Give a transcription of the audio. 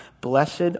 Blessed